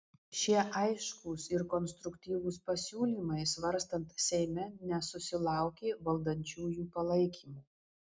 šie aiškūs ir konstruktyvūs pasiūlymai svarstant seime nesusilaukė valdančiųjų palaikymo